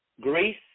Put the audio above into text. Greece